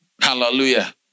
Hallelujah